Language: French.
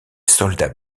soldats